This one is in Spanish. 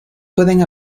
pueden